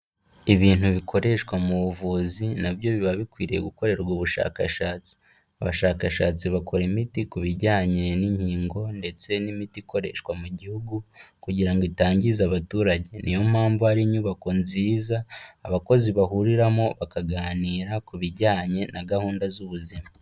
Ibintu bikoreshwa mu buvuzi, nabyo biba bikwiriye gukorerwa ubushakashatsi. Abashakashatsi bakora imiti ku bijyanye n'inkingo, ndetse n'imiti ikoreshwa mu gihugu, kugira ngo itangiza abaturage. Niyo mpamvu hari inyubako nziza, abakozi bahuriramo, bakaganira ku bijyanye na gahunda z'ubuzima.